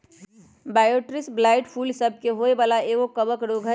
Botrytis blight फूल सभ के होय वला एगो कवक रोग हइ